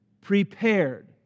Prepared